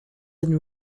and